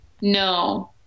No